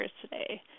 today